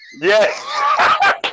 Yes